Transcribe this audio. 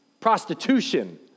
prostitution